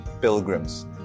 pilgrims